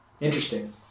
Interesting